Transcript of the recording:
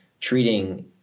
treating